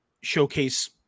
showcase